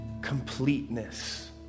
completeness